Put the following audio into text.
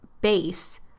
base